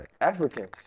Africans